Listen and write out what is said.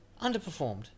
Underperformed